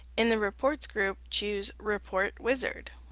in the reports group choose report wizard.